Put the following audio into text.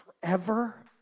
forever